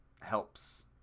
helps